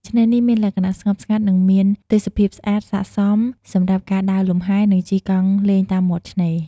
ឆ្នេរនេះ មានលក្ខណៈស្ងប់ស្ងាត់ និងមានទេសភាពស្រស់ស្អាត ស័ក្តិសមសម្រាប់ការដើរលំហែ និងជិះកង់លេងតាមមាត់ឆ្នេរ។